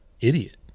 idiot